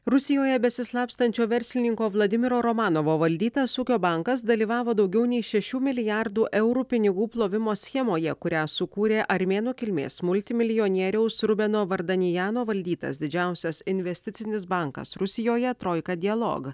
rusijoje besislapstančio verslininko vladimiro romanovo valdytas ūkio bankas dalyvavo daugiau nei šešių milijardų eurų pinigų plovimo schemoje kurią sukūrė armėnų kilmės multimilijonieriaus rubeno vardanijano valdytas didžiausias investicinis bankas rusijoje troika dialog